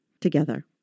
together